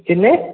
ਕਿੰਨੇ